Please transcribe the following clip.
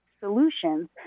solutions